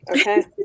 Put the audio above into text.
Okay